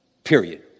period